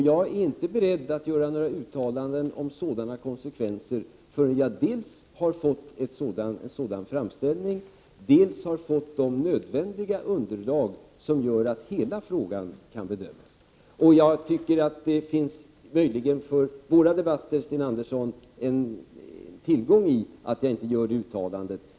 Jag är inte beredd att göra några uttalanden om om sådana konsekvekser förrän jag dels har fått en sådan framställning, dels har fått de nödvändiga underlag som gör att hela frågan kan bedömas. Möjligen är det för våra debatter, Sten Andersson, en tillgång att jag inte gör det uttalandet.